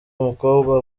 umukobwa